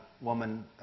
woman